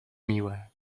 miłe